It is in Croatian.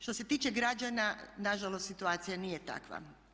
Što se tiče građana nažalost situacija nije takva.